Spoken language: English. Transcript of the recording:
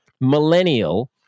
Millennial